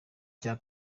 cya